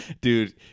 Dude